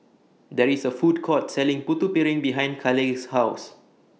There IS A Food Court Selling Putu Piring behind Kaleigh's House